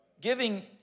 Giving